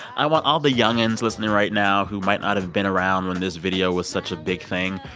i want all the youngin's listening right now who might not have been around when this video was such a big thing,